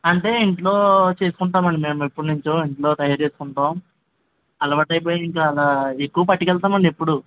అంటే ఇంట్లో చేసుకుంటామండి మేము ఎప్పడ్నుంచో ఇంట్లో తయారుచేసుకుంటాం అలవాటైపోయయి ఇంకా అలా ఎక్కువ పట్టికెళ్తాం అండి ఎప్పుడూ